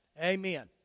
Amen